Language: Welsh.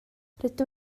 rydw